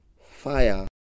fire